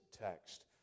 text